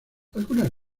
algunas